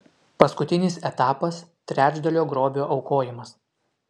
paskutinis etapas trečdalio grobio aukojimas